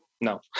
No